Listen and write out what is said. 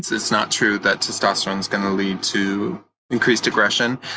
it's it's not true that testosterone's going to lead to increased aggression,